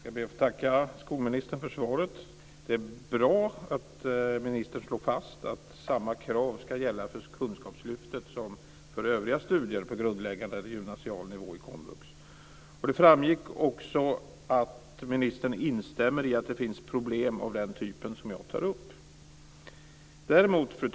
Fru talman! Jag skall be att få tacka skolministern för svaret. Det är bra att ministern slår fast att samma krav skall gälla för kunskapslyftet som för övriga studier på grundläggande eller gymnasial nivå i komvux. Det framgick också att ministern instämmer i att det finns problem av den typen som jag tar upp. Fru talman!